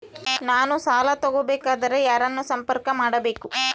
ನಾನು ಸಾಲ ತಗೋಬೇಕಾದರೆ ನಾನು ಯಾರನ್ನು ಸಂಪರ್ಕ ಮಾಡಬೇಕು?